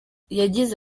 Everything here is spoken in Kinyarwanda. yagize